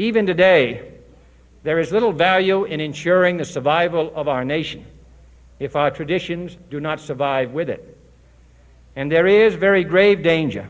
even today there is little value in ensuring the survival of our nation if our traditions do not survive with it and there is very grave danger